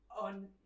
on